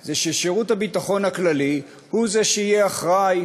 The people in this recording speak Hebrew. היא ששירות הביטחון הכללי הוא שיהיה אחראי